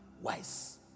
wise